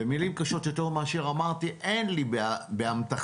מילים קשות יותר מאשר אמרתי אין לי באמתחתי.